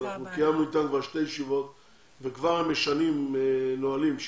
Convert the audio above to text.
אנחנו קיימנו איתה כבר שתי ישיבות וכבר משנים נהלים.